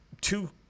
two